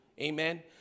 Amen